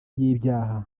y’ibyaha